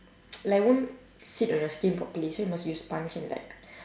like won't sit on your skin properly so must use sponge and like